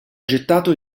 gettato